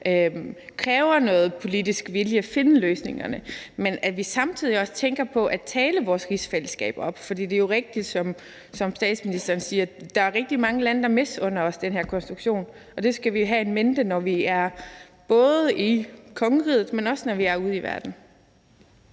kræver noget politisk vilje at finde løsningerne på, men at vi samtidig også tænker på at tale vores rigsfællesskab op. For det er jo rigtigt, som statsministeren siger, at der er rigtig mange lande, der misunder os den her konstruktion, og det skal vi have in mente, både når vi er i kongeriget, men også når vi er ude i verden.